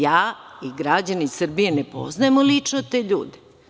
Ja i građani Srbije ne poznajemo lično te ljude.